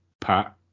pat